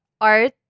art